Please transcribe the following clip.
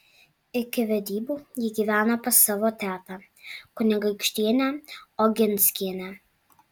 iki vedybų ji gyveno pas savo tetą kunigaikštienę oginskienę